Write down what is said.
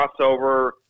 crossover